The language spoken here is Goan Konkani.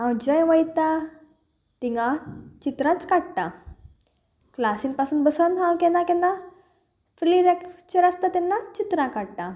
हांव जें वयता तिंगा चित्रांच काडटा क्लासीन पासून बसन हांव केन्ना केन्ना फ्री लॅक्चर आसता तेन्ना चित्रां काडटा